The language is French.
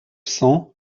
cent